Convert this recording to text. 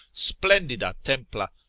splendida templa,